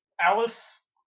Alice